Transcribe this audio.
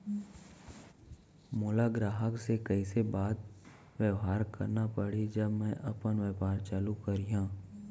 मोला ग्राहक से कइसे बात बेवहार करना पड़ही जब मैं अपन व्यापार चालू करिहा?